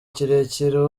kirekire